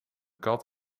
kat